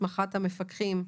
הסמכת המפקחים,